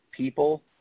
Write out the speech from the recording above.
People